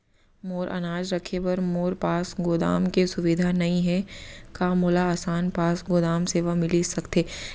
मोर अनाज रखे बर मोर पास गोदाम के सुविधा नई हे का मोला आसान पास गोदाम सेवा मिलिस सकथे?